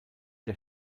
der